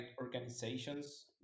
organizations